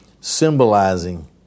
symbolizing